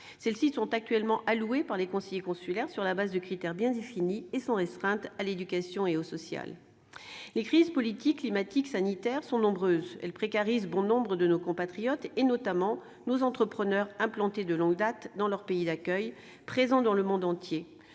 Celles-ci sont actuellement allouées par les conseillers consulaires sur la base de critères bien définis et sont restreintes à l'éducation et au social. Les crises politiques, climatiques ou sanitaires sont nombreuses ; elles précarisent bon nombre de nos compatriotes, notamment nos entrepreneurs implantés de longue date dans leur pays d'accueil, présents dans le monde entier.